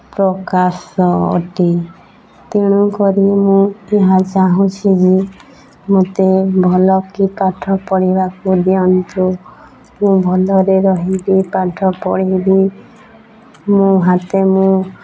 ପ୍ରକାଶ ଅଟେ ତେଣୁକରି ମୁଁ ଏହା ଚାହୁଁଛି ଯେ ମୋତେ ଭଲକି ପାଠ ପଢ଼ିବାକୁ ଦିଅନ୍ତୁ ମୁଁ ଭଲରେ ରହିବି ପାଠ ପଢ଼ିବି ମୁଁ ହାତେ ମୁଁ